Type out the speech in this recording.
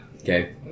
Okay